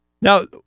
Now